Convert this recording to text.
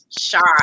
shot